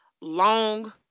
Long